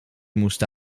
moesten